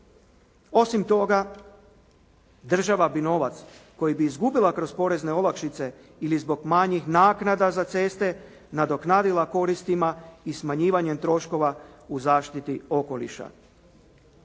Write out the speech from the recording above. Osim toga, država bi novac koji bi izgubila kroz porezne olakšice ili zbog manjih naknada za ceste, nadoknadila korisnima i smanjivanjem troškova u zaštiti okoliša.